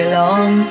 long